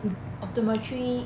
optometry